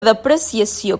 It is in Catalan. depreciació